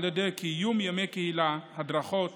על ידי קיום ימי קהילה, הדרכות